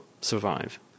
survive